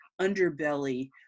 underbelly